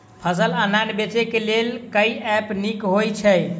फसल ऑनलाइन बेचै केँ लेल केँ ऐप नीक होइ छै?